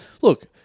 look